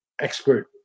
expert